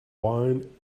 wine